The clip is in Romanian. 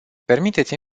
permiteți